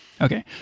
Okay